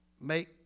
make